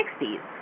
60s